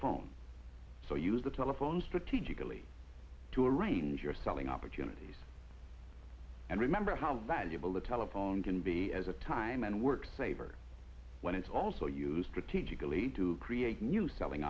phone so use the telephone strategically to arrange your selling opportunities and remember how valuable a telephone can be as a time and work saver when it's also used to teach eagerly to create new selling